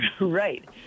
Right